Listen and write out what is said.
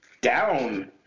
down